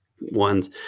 ones